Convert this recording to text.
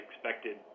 expected